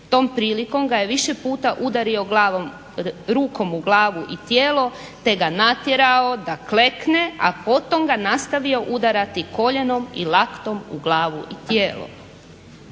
Tom prilikom ga je više puta rukom u glavu i tijelo te ga natjerao da klekne, a potom ga nastavio udarati koljenom i laktom u glavu i tijelo".